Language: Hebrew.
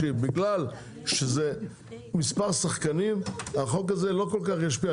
בגלל שזה מספר שחקנים החוק הזה לא כל כך ישפיע עליהם.